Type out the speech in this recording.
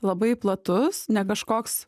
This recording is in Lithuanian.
labai platus ne kažkoks